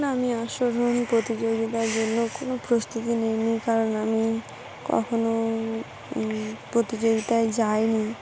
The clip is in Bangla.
না আমি অশ্বরোহন প্রতিযোগিতার জন্য কোনো প্রস্তুতি নেইনি কারণ আমি কখনও প্রতিযোগিতায় যাইনি